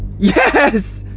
yes!